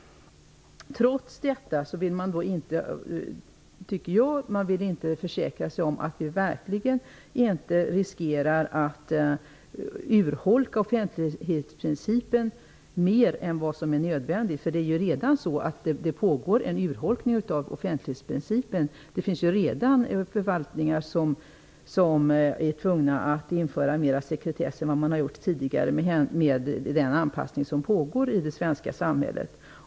Trots detta vill man inte försäkra sig om att Sveriges offentlighetsprincip inte riskerar att urholkas mer än nödvändigt. Det pågår nämligen redan en urholkning av offentlighetsprincipen. Det finns redan förvaltningar som är tvungna att införa mer sekretess än tidigare med anledning av den anpassning som pågår i det svenska samhället.